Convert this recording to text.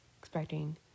expecting